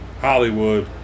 Hollywood